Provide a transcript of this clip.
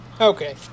Okay